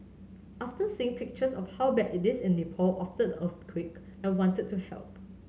after seeing pictures of how bad it is in Nepal after the earthquake I wanted to help